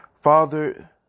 Father